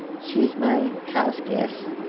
she's my houseguest.